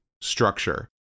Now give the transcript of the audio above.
structure